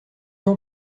ans